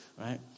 right